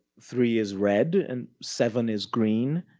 three is red and seven is green.